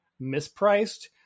mispriced